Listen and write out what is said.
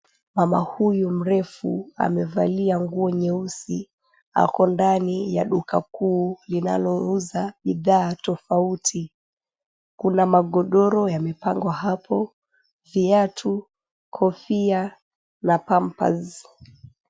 Mama huyu mrefu amevalia nguo nyeusi. Ako ndani ya duka kuu linalouza bidhaa tofauti. Kuna magodoro yamepangwa hapo, viatu, kofia na pampers .